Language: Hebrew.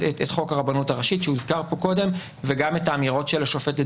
חוק הרבנות הראשית שהוזכר פה קודם וגם את האמירות של השופטת